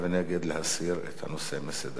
להסיר את הנושא מסדר-היום.